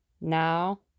Now